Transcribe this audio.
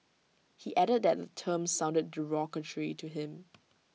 he added that term sounded derogatory to him